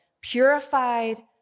purified